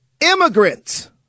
immigrants